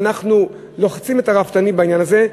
אנחנו לוחצים את הרפתנים בעניין הזה,